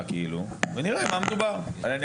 אם אתה תבוא לפה לוועדה,